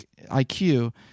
IQ